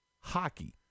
hockey